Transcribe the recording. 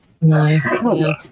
no